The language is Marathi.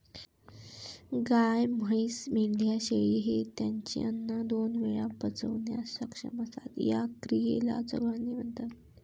गाय, म्हैस, मेंढ्या, शेळी हे त्यांचे अन्न दोन वेळा पचवण्यास सक्षम असतात, या क्रियेला चघळणे म्हणतात